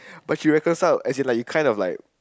but she reconciled as in like you kind of like